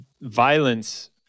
violence